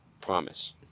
promise